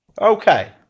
Okay